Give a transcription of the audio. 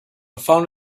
found